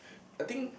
I think